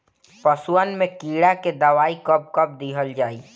पशुअन मैं कीड़ा के दवाई कब कब दिहल जाई?